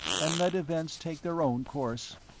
and let events take their own course.